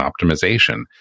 optimization